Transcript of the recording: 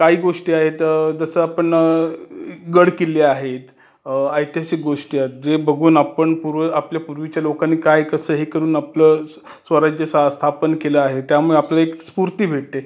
काही गोष्टी आहेत जसं आपण गडकिल्ले आहेत ऐतिहासिक गोष्टी आहेत जे बघून आपण पूर्व आपले पूर्वीच्या लोकांनी काय कसं हे करून आपलं स् स्वराज्य सा स्थापन केलं आहे त्यामुळं आपलं एक स्फूर्ती भेटते